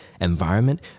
environment